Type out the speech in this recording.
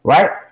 Right